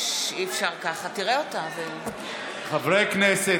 נגד חברי הכנסת,